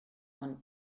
ond